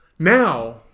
Now